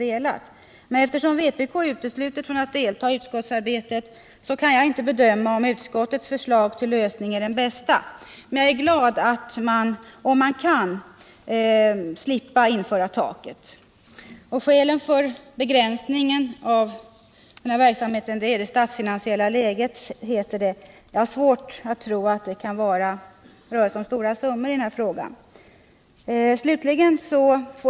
Eftersom vpk är uteslutet från att delta i utskottsarbetet kan jag inte bedöma om utskottets förslag till lösning är det bästa, men jag är glad om det inte sätts något tak. Skälet för begränsningen av verksamheten är det statsfinansiella läget, heter det. Jag har svårt att tro att det kan röra sig om så stora summor i denna fråga.